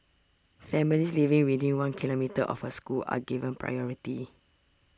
families living within one kilometre of a school are given priority